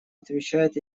отвечает